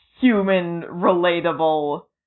human-relatable